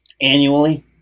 annually